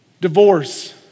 divorce